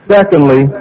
Secondly